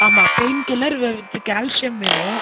ஆமாம் painkiller with calcium வேணும்